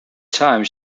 time